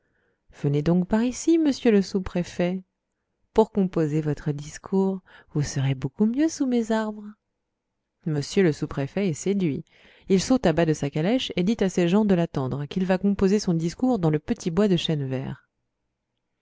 venez donc par ici monsieur le sous-préfet pour composer votre discours vous serez beaucoup mieux sous mes arbres m le sous-préfet est séduit il saute à bas de sa calèche et dit à ses gens de l'attendre qu'il va composer son discours dans le petit bois de chênes verts